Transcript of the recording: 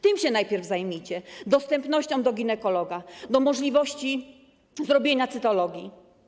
Tym się najpierw zajmijcie, dostępem do ginekologa, do możliwości zrobienia cytologii.